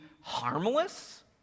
harmless